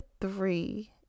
three